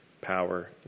power